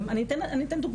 אני אתן דוגמאות,